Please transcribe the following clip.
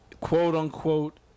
quote-unquote